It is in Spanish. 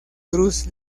cruz